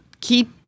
keep